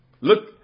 Look